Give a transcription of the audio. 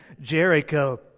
Jericho